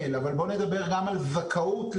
אבל בואו נדבר גם על זכאות לבגרות.